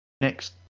next